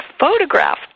photograph